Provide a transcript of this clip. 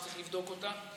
צריך לבדוק אותה,